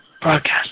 Broadcast